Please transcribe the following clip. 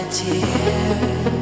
tears